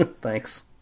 Thanks